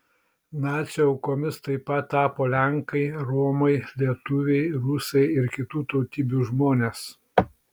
nacių aukomis taip pat tapo lenkai romai lietuviai rusai ir kitų tautybių žmonės